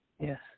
Yes